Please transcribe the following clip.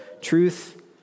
truth